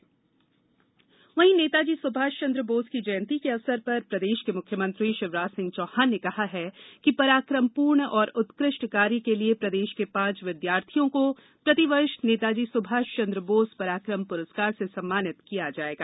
CM Netaji वहीं नेताजी सुभाष चन्द्र बोस की जयंती के अवसर पर प्रदेश के मुख्यमंत्री शिवराज सिंह चौहान ने कहा है कि पराक्रमपूर्ण और उत्कृष्ट कार्य के लिए प्रदेश के पाँच विद्यार्थियों को प्रति वर्ष नेताजी सुभाष चन्द्र बोस पराक्रम पुरस्कार से सम्मानित किया जाएगा